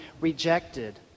rejected